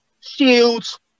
shields